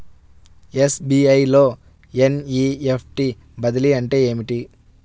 SBI లో NEFT బదిలీ అంటే ఏమిటి?